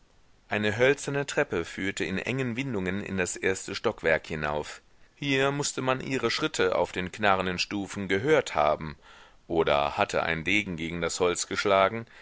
eine hölzerne treppe führte in engen windungen in das erste stockwerk hinauf hier mußte man ihre schritte auf den knarrenden stufen gehört haben oder hatte ein degen gegen das holz geschlagen